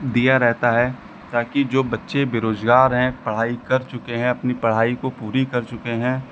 दिया रहता है ताकि जो बच्चे बेरोजगार हैं पढ़ाई कर चुके हैं अपनी पढ़ाई को पूरी कर चुके हैं